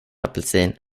apelsin